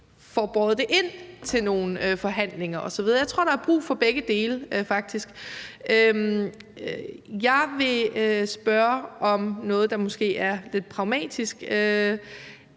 får båret dem ind til nogle forhandlinger osv. Jeg tror faktisk, der er brug for begge dele. Jeg vil spørge om noget, der måske er lidt pragmatisk.